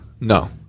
no